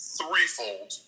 threefold